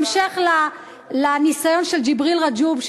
המשך לניסיון של ג'יבריל רג'וב,